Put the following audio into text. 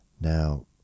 now